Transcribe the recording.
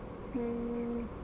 hmm